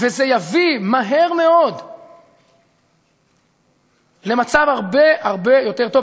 וזה יביא מהר מאוד למצב הרבה הרבה יותר טוב.